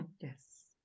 Yes